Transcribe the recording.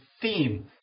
theme